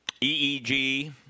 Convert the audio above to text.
EEG